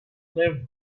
live